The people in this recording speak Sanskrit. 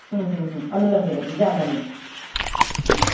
अनुलोमः विलोमः जानामि